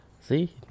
See